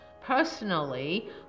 Personally